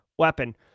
Weapon